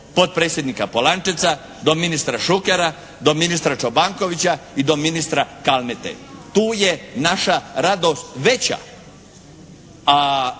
potpredsjednika Polančeca, do ministra Šukera, do ministra Čobankovića i do ministra Kalmete. Tu je naša radost veća,